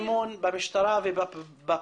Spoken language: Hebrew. -- במשטרה ובפרקליטות.